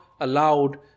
allowed